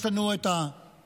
יש לנו את החטופים,